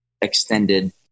extended